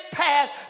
past